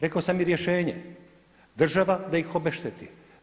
Rekao sam i rješenje, država da ih obešteti.